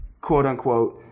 quote-unquote